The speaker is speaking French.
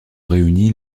réunie